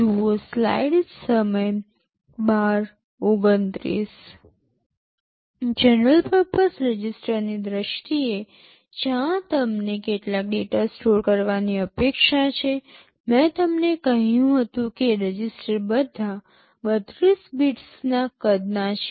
general purpose રજિસ્ટરની દ્રષ્ટિએ જ્યાં તમને કેટલાક ડેટા સ્ટોર કરવાની અપેક્ષા છે મેં તમને કહ્યું હતું કે રજિસ્ટર બધા ૩૨ બિટ્સના કદના છે